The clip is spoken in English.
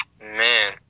man